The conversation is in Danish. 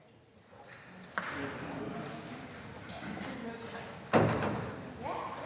Tak